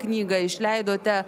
knygą išleidote